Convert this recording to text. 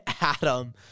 Adam